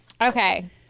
Okay